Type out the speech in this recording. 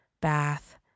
bath